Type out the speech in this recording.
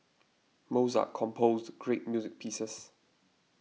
Mozart composed great music pieces